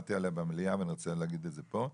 דיברתי על זה במליאה ואני רוצה להגיד את זה פה,